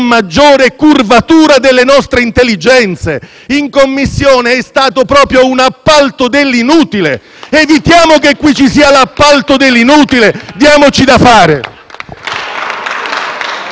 maggiore "curvatura" delle nostre intelligenze. In Commissione è stato proprio un appalto dell'inutile. Evitiamo che qui ci sia l'appalto dell'inutile! Diamoci da fare!